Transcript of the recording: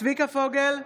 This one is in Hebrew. צביקה פוגל,